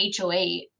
HOA